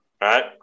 right